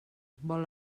vol